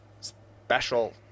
special